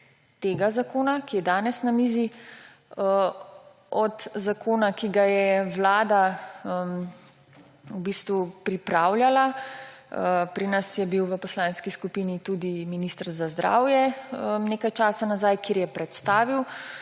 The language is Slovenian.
tega zakona, ki je danes na mizi, od zakona, ki ga je pripravljala vlada. Pri nas v poslanski skupini je bil tudi minister za zdravje nekaj časa nazaj, kjer je predstavil